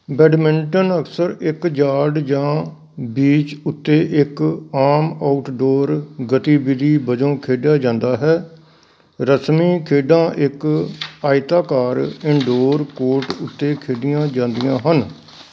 badminton ਅਕਸਰ ਇੱਕ yard ਜਾਂ ਬੀਚ ਉੱਤੇ ਇੱਕ ਆਮ ਆਊਟਡੋਰ ਗਤੀਵਿਧੀ ਵਜੋਂ ਖੇਡਿਆ ਜਾਂਦਾ ਹੈ ਰਸਮੀ ਖੇਡਾਂ ਇੱਕ ਆਇਤਾਕਾਰ ਇਨਡੋਰ ਕੋਰਟ ਉੱਤੇ ਖੇਡੀਆਂ ਜਾਂਦੀਆਂ ਹਨ